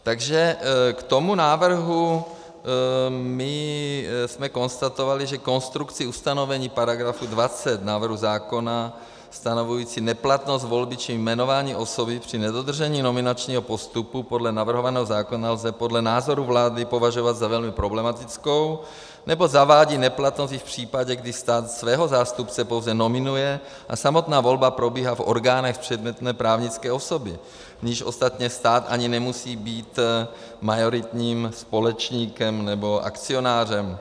Takže k tomu návrhu jsme konstatovali, že konstrukci ustanovení § 20 návrhu zákona stanovující neplatnost volby či jmenování osoby při nedodržení nominačního postupu podle navrhovaného zákona lze podle názoru vlády považovat za velmi problematickou, neboť zavádí neplatnost i v případě, kdy stát svého zástupce pouze nominuje a samotná volba probíhá v orgánech předmětné právnické osoby, v níž ostatně stát ani nemusí být majoritním společníkem nebo akcionářem.